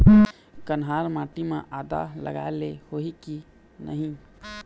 कन्हार माटी म आदा लगाए ले होही की नहीं?